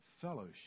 fellowship